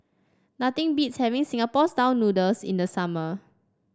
nothing beats having Singapore style noodles in the summer